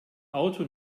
auto